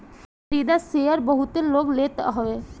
पसंदीदा शेयर बहुते लोग लेत हवे